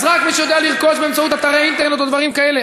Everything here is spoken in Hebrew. אז רק מי שיודע לרכוש באמצעות אתרי אינטרנט או דברים כאלה,